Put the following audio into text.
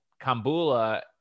Kambula